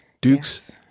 Dukes